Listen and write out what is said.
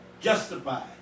Justified